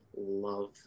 love